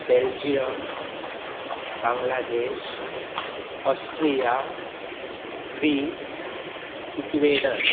Belgium Bangladesh Austria grace ecuador